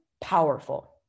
powerful